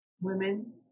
women